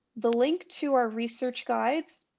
the link to our research guides